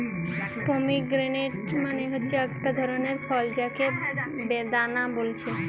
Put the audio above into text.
pomegranate মানে হচ্ছে একটা ধরণের ফল যাকে বেদানা বলছে